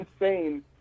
insane